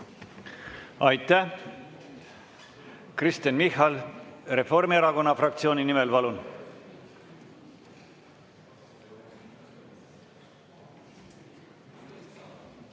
Aitäh! Kristen Michal Reformierakonna fraktsiooni nimel, palun!